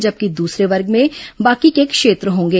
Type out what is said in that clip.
जबकि दूसरे वर्ग में बाकी के क्षेत्र होंगे